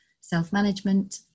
self-management